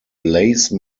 lace